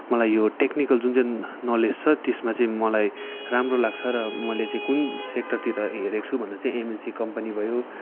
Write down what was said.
मलाई यो टेक्निकल जुन चाहिँ नलेज छ त्यसमा चाहिँ मलाई राम्रो लाग्छ र मैले चाहिँ कुन सेक्टरतिर हेरेको छु भन्दा चाहिँ एमएनसी कम्पनी भयो